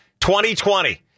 2020